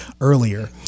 earlier